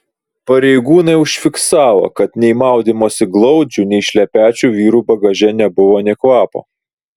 pareigūnai užfiksavo kad nei maudymosi glaudžių nei šlepečių vyrų bagaže nebuvo nė kvapo